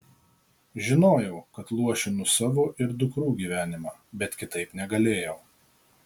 žinojau kad luošinu savo ir dukrų gyvenimą bet kitaip negalėjau